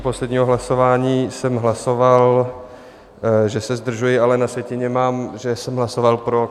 U posledního hlasování jsem hlasoval, že se zdržuji, ale na sjetině mám, že jsem hlasoval pro.